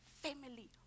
family